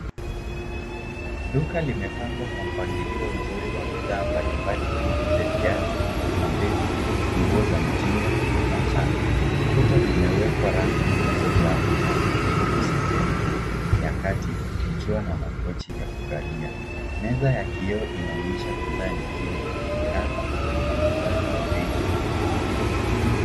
Duka limepangwa kwa mpangilio mzuri wa bidhaa mbalimbali kama vile viatu, mabegi, nguo za mtindo na saa .Kuta zimewekwa rafu zilizojaa bidhaa huku sehemu ya kati ikiwa na makochi ya kukalia. Meza ya kioo inaonyesha bidhaa nyingine kama mkanda, na mavazi ya bei tofauti tofauti.